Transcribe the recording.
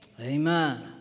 Amen